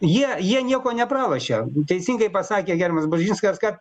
jie jie nieko nepralošia teisingai pasakė gerbiamas bužinskas kad